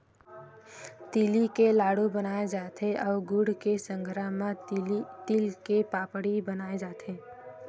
तिली के लाडू बनाय जाथे अउ गुड़ के संघरा म तिल के पापड़ी बनाए जाथे